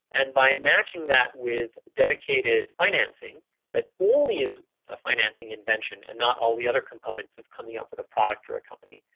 and by matching that with dedicated financing that only is ah financing invention invention and not all the other components of coming up with a product or a company,